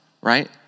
right